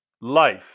life